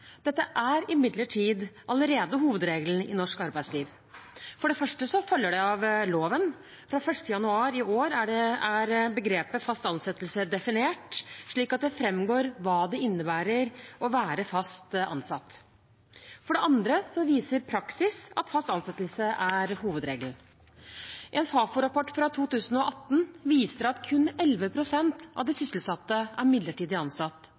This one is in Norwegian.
Dette er imidlertid allerede hovedregelen i norsk arbeidsliv. For det første følger det av loven. Fra 1. januar i år er begrepet fast ansettelse definert, slik at det framgår hva det innebærer å være fast ansatt. For det andre viser praksis at fast ansettelse er hovedregelen. En Fafo-rapport fra 2018 viser at kun 11 pst. av de sysselsatte er midlertidig ansatt,